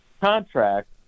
contract